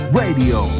radio